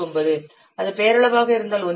19 அது பெயரளவு ஆக இருந்தால் 1